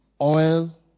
oil